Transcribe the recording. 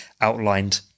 outlined